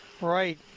Right